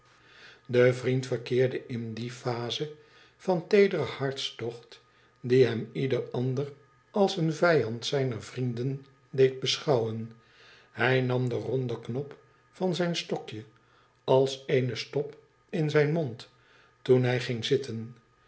de t vriend verkeerde in die phase van teederen hartstocht die heoa ieder ander als een vijand zijner vrienden deed beschouwen hij nam den ronden knop van zijn stokje als eene stop in zijn mond toen hij ging zitten